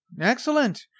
Excellent